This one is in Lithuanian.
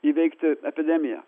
įveikti epidemiją